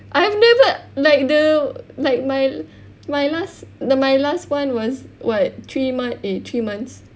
I have never like the like my my last my last one was what three months eh three months